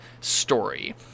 story